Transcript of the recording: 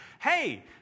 hey